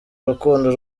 urukundo